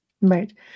Right